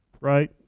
right